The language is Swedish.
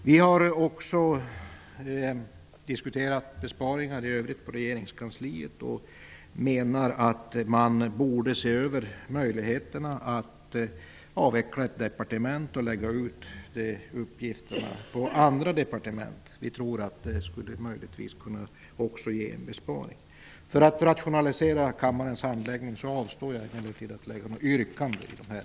Vi har också diskuterat besparingar i övrigt beträffande regeringskansliet och menar att man borde se över möjligheterna att avveckla ett departement för att sedan fördela dess uppgifter på andra departement. Vi tror att det också skulle kunna betyda en besparing. För att rationalisera kammarens arbete avstår jag emellertid från yrkande här.